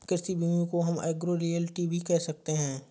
कृषि भूमि को हम एग्रो रियल्टी भी कह सकते है